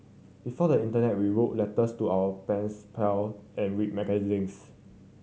before the Internet we wrote letters to our pens pal and read magazines